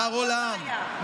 מר עולם,